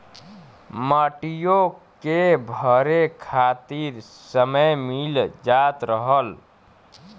मटियो के भरे खातिर समय मिल जात रहल